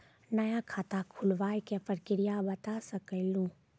नया खाता खुलवाए के प्रक्रिया बता सके लू?